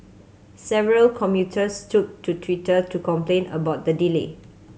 several commuters took to Twitter to complain about the delay